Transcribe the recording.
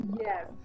Yes